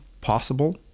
possible